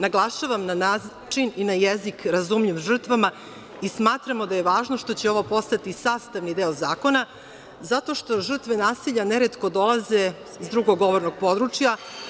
Naglašavam na način i na jezik razumljiv žrtvama i smatramo da je ovo važno što će ovo postati sastavni deo zakona zato što žrtva nasilja neretko dolaze s drugog govornog područja.